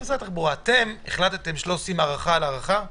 אתם החלטתם שלא עושים הארכה על הארכה.